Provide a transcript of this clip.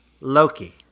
Loki